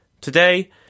Today